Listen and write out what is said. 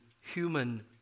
human